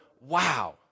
wow